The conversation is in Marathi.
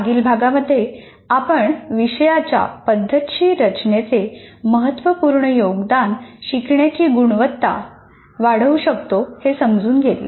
मागील भागामध्ये आपण विषयाच्या पद्धतशीर रचनेचे महत्त्वपूर्ण योगदान शिकण्याची गुणवत्ता वाढवू शकतो हे समजून घेतले